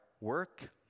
work